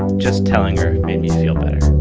just telling her made me feel better.